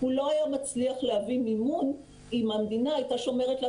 הוא לא היה מצליח להביא מימון אם המדינה הייתה שומרת לה